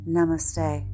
Namaste